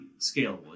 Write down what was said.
scalable